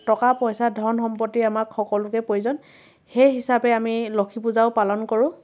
টকা পইচা ধন সম্পত্তি আমাক সকলোকে প্ৰয়োজন সেই হিচাপে আমি লক্ষী পূজাও পালন কৰোঁ